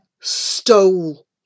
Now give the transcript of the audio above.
stole